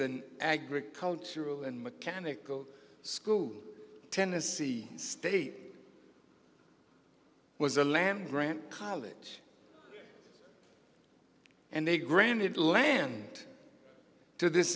an agricultural and mechanical schools tennessee was a land grant college and they granted land to this